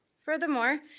furthermore,